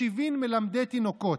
לעשות.